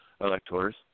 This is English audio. electors